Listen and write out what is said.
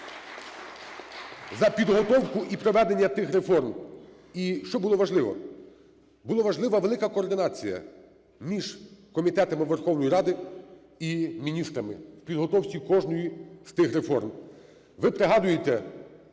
за підготовку і проведення тих реформ. І що було важливо? Було важливо велика координація між комітетами Верховної Ради і міністрами в підготовці кожної з тих реформ. Ви пригадуєте